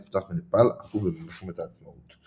נפתח ופעל אף הוא במלחמת העצמאות.